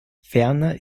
ferner